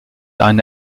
eine